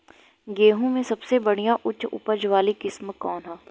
गेहूं में सबसे बढ़िया उच्च उपज वाली किस्म कौन ह?